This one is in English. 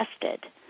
tested